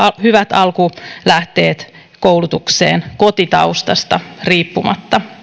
hyvät alkulähteet koulutukseen kotitaustasta riippumatta